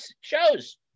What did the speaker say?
shows